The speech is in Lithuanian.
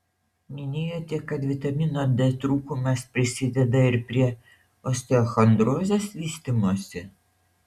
minėjote kad vitamino d trūkumas prisideda ir prie osteochondrozės vystymosi